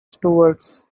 stewardess